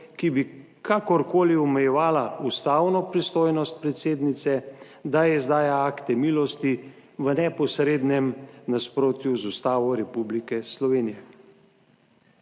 ki bi kakorkoli omejevala ustavno pristojnost predsednice, da je izdaja akte milosti v neposrednem nasprotju z Ustavo Republike Slovenije.